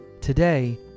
Today